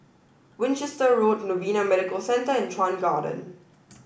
Winchester Road Novena Medical Centre and Chuan Garden